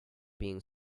being